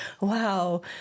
wow